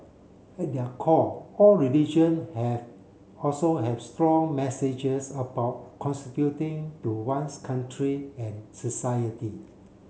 at their core all religion have also have strong messages about contributing to one's country and society